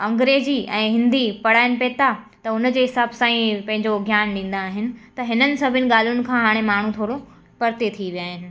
अंग्रेजी ऐं हिंदी पढ़ाइनि पई था त हुन जे हिसाब सां ई पंहिंजो ज्ञान ॾींदा आहिनि त हिननि सभीनि ॻाल्हियुनि खां हाणे माण्हू थोरो परिते थी विया आहिन